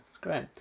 great